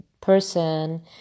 person